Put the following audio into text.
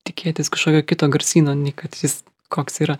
tikėtis kažkokio kito garsyno nei kad jis koks yra